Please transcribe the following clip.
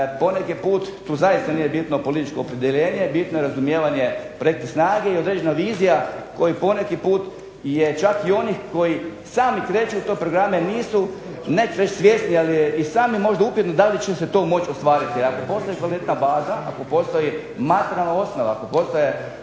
poneki put, tu zaista nije bitno političko opredjeljenje, bitno je razumijevanje …/Ne razumije se./…, i određena vizija koju poneki put je čak i onih koji sami kreću u te programe nisu, neću reći svjesni, ali i sam je možda upitno da li će se to moći ostvariti, jer ako postoji kvalitetna baza, ako postoji materijalna osnova, ako postoje